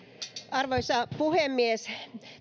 arvoisa puhemies